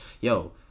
yo